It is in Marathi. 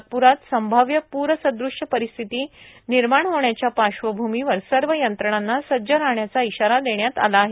नागपूरात संभाव्य पूरसद्रश्य परिस्थिती निर्माण होण्याच्या पार्श्वभूमीवर सर्व यंत्रणांना सज्ज राहण्याचा इशारा देण्यात आला आहे